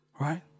right